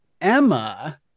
Emma